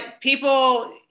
people